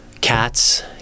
cats